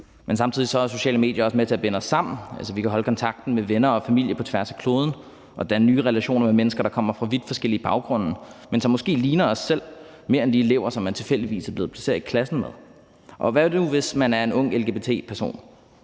Men samtidig er sociale medier også med til at binde os sammen. Altså vi kan holde kontakten med venner og familie på tværs af kloden og danne nye relationer med mennesker, der kommer fra vidt forskellige baggrunde, men som måske ligner os selv mere end de elever, som man tilfældigvis er blevet placeret i klassen med. Og hvad nu, hvis man er en ung lgbt-person